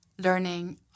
learning